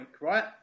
right